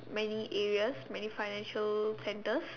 many areas many financial centers